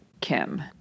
Kim